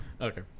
Okay